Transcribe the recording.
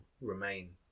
remain